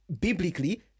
biblically